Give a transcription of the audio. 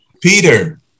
Peter